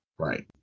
Right